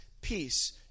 peace